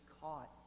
caught